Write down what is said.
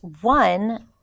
One